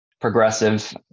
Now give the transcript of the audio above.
progressive